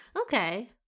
Okay